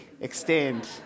extend